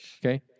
Okay